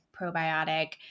probiotic